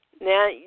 now